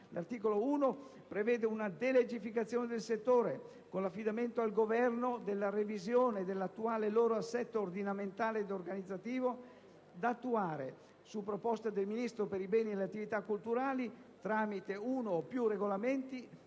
L'articolo 1 prevede una delegificazione del settore, con l'affidamento al Governo della revisione dell'attuale loro assetto ordinamentale ed organizzativo, da attuare su proposta del Ministro per i beni e le attività culturali, tramite uno o più regolamenti